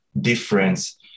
difference